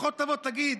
לפחות תבוא ותגיד: